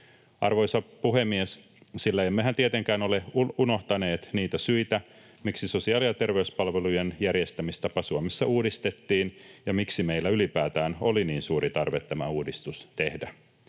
Arvoisa puhemies! Emmehän tietenkään ole unohtaneet niitä syitä, miksi sosiaali- ja terveyspalvelujen järjestämistapa Suomessa uudistettiin ja miksi meillä ylipäätään oli niin suuri tarve tämä uudistus tehdä.